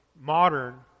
modern